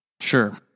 Sure